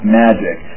magic